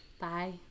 Bye